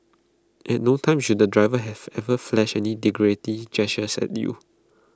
at no time should the driver have ever flashed any derogatory gesture at you